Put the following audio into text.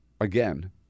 again